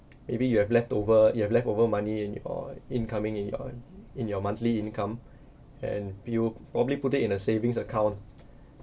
maybe you have leftover you have leftover money in your incoming in your in your monthly income and you probably put it in a savings account